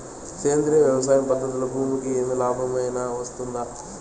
సేంద్రియ వ్యవసాయం పద్ధతులలో భూమికి ఏమి లాభమేనా వస్తుంది?